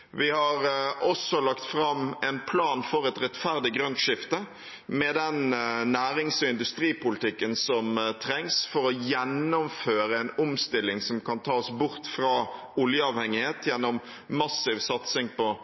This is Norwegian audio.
Vi har også lagt fram en plan for et rettferdig grønt skifte med den nærings- og industripolitikken som trengs for å gjennomføre en omstilling som kan ta oss bort fra oljeavhengighet, gjennom massiv satsing på